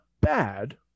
bad